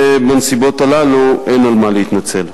ובנסיבות הללו אין על מה להתנצל.